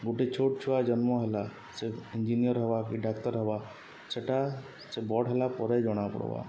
ଗୁଟେ ଛୋଟ୍ ଛୁଆ ଜନ୍ମ ହେଲା ସେ ଇଞ୍ଜିନିୟର୍ ହେବା କି ଡାକ୍ତର୍ ହେବା ସେଟା ସେ ବଡ଼୍ ହେଲା ପରେ ଜଣା ପଡ଼୍ବା